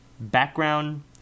background